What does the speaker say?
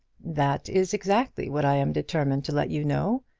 that is exactly what i am determined to let you know.